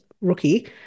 rookie